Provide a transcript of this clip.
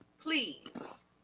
please